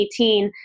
2018